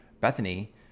Bethany